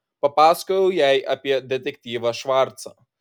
papasakojau jai apie detektyvą švarcą